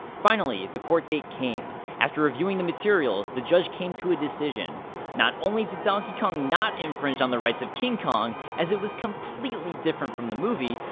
finally, the court date came. after reviewing the materials, the judge came to a decision not only did donkey kong not infringe on the rights of king kong, as it was completely different than the movie,